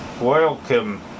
Welcome